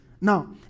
Now